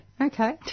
Okay